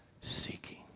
seeking